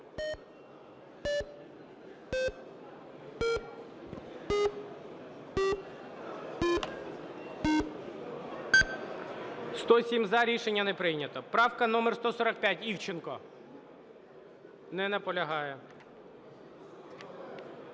За-107 Рішення не прийнято. Правка номер 145, Івченко. Не наполягає.